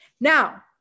Now